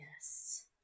Yes